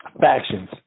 factions